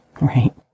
Right